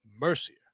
Mercier